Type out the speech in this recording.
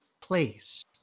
place